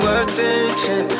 attention